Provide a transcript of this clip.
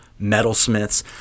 metalsmiths